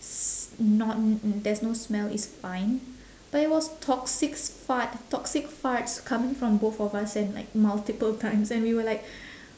s~ not there's no smell it's fine but it was toxic fart toxic farts coming from both of us and like multiple times and we were like